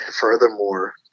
furthermore